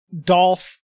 Dolph